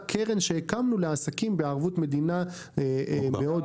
קרן שהקמנו לעסקים בערבות מדינה מאוד גבוהה.